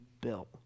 built